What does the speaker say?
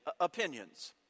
opinions